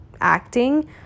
acting